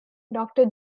doctor